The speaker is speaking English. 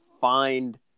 find